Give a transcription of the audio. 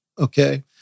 okay